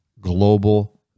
Global